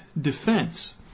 defense